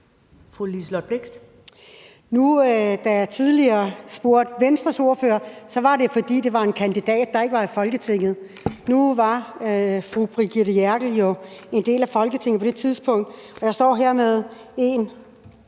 Da jeg tidligere spurgte Venstres ordfører, var det, fordi det var en kandidat, der ikke var i Folketinget. Nu var fru Brigitte Klintskov Jerkel jo en del af Folketinget på det tidspunkt, og jeg står her med en